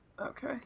Okay